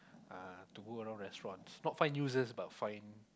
uh to go around restaurant not find users but find